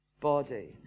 body